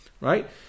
right